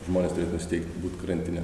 žmonės turėtų nusiteikt būt karantine